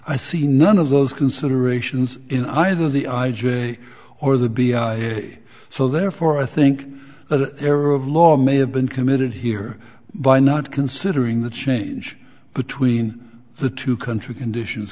i see none of those considerations in either the i j a or the b i so therefore i think that error of law may have been committed here by not considering the change between the two country conditions